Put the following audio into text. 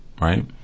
right